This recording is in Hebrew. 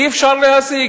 אי-אפשר להשיג.